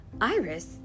iris